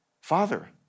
father